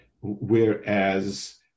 whereas